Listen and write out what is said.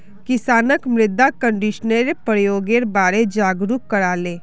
किसानक मृदा कंडीशनरेर प्रयोगेर बारे जागरूक कराले